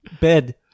Bed